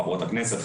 חברות הכנסת,